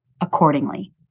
accordingly